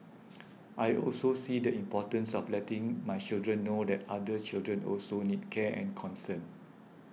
I also see the importance of letting my children know that other children also need care and concern